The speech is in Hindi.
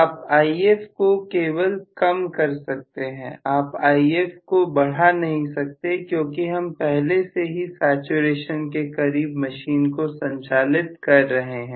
आप If को केवल कम कर सकते हैं आप If को बड़ा नहीं सकते क्योंकि हम पहले से ही सैचुरेशन के करीब मशीन को संचालित कर रहे हैं